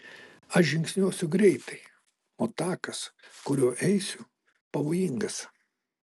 aš žingsniuosiu greitai o takas kuriuo eisiu pavojingas